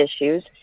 issues